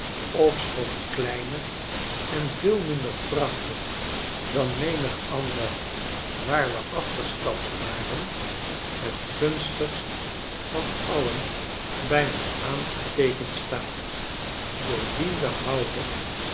ofschoon kleiner en veel minder prachtig dan menig ander waar we afgestapt waren het gunstigst van alien bij me aangeteekend staat doordien de houder